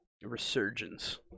resurgence